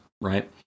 right